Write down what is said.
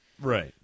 Right